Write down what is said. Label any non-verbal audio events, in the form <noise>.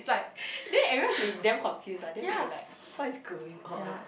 <breath> then everyone was already damn confused ah then they'll be like what is going on